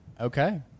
okay